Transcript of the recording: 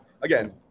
Again